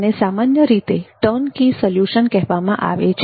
તેને સામાન્ય રીતે ટર્નકી સોલ્યુશન કહેવામાં આવે છે